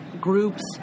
groups